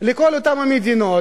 לכל אותן המדינות,